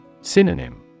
Synonym